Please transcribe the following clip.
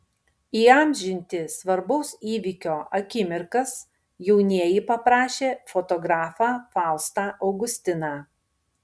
įamžinti svarbaus įvykio akimirkas jaunieji paprašė fotografą faustą augustiną